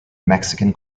mexican